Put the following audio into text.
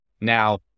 Now